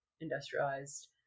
industrialized